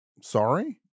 sorry